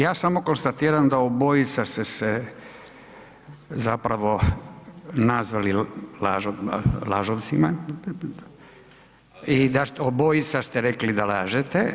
Ja samo konstatiram da obojica ste se zapravo nazvali lažovcima i da ste, obojica ste rekli da lažete.